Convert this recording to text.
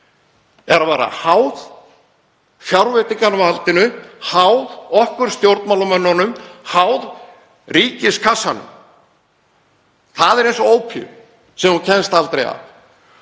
að vera háðir fjárveitingavaldinu, háðir okkur stjórnmálamönnunum, háðir ríkiskassanum. Það er eins og ópíum sem þú kemst aldrei af.